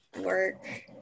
work